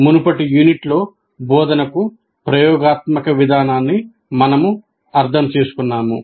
మునుపటి యూనిట్లో బోధనకు ప్రయోగాత్మక విధానాన్ని మేము అర్థం చేసుకున్నాము